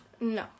No